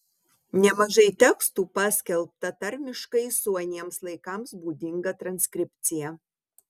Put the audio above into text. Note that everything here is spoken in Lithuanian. nemažai tekstų paskelbta tarmiškai su aniems laikams būdinga transkripcija